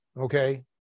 okay